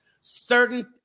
Certain